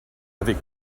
avec